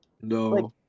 no